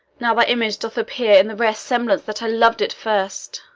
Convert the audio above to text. now thy image doth appear in the rare semblance that i lov'd it first.